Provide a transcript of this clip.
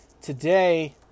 today